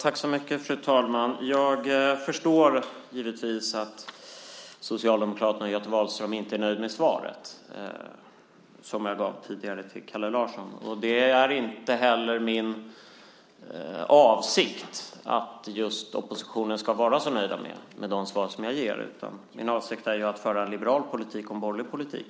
Fru talman! Jag förstår givetvis att Socialdemokraterna och Göte Wahlström inte är nöjda med svaret som jag gav till Kalle Larsson. Det är inte heller min avsikt att just oppositionen ska vara så nöjd med de svar som jag ger. Min avsikt är ju att föra en liberal och borgerlig politik.